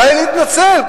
די להתנצל,